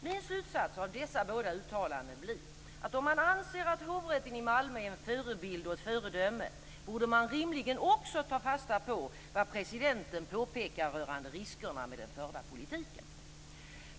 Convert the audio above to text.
Min slutsats av dessa båda uttalanden blir att om man anser att Hovrätten i Malmö är en förebild och ett föredöme, borde man rimligen också ta fasta på vad presidenten påpekar rörande riskerna med den förda politiken.